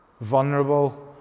vulnerable